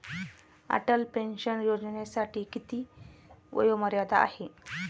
Atal pension योजनेसाठी किती वयोमर्यादा आहे?